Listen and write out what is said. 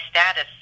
status